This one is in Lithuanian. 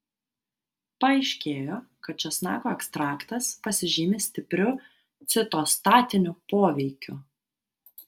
paaiškėjo kad česnako ekstraktas pasižymi stipriu citostatiniu poveikiu